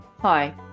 Hi